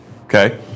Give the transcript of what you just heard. Okay